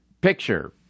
picture